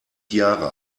jahre